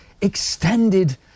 extended